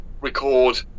record